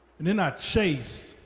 and then i chase,